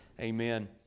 Amen